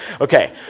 Okay